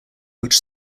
which